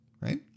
right